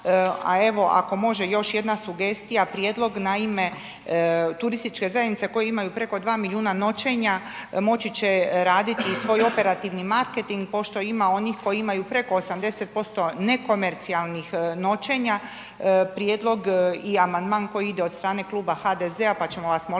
a evo, ako može još jedna sugestija, prijedlog, naime, turističke zajednice koje imaju preko 2 milijuna noćenja, moći će raditi i svoj operativni marketing, pošto ima onih koji imaju preko 80% nekomercijalnih noćenja, prijedlog i amandman koji ide od strane Kluba HDZ-a pa ćemo vas moliti